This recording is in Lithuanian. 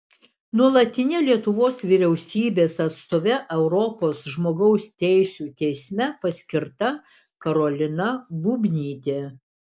nuolatine lietuvos vyriausybės atstove europos žmogaus teisių teisme paskirta karolina bubnytė